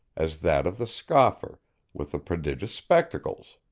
as that of the scoffer with the prodigious spectacles.